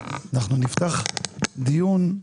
אנחנו נפתח דיון,